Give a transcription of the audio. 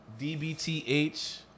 DBTH